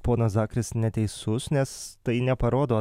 ponas dakris neteisus nes tai neparodo